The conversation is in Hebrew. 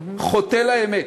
חוטא לאמת.